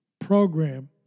program